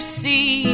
see